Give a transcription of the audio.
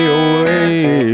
away